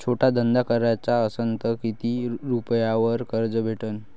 छोटा धंदा कराचा असन तर किती रुप्यावर कर्ज भेटन?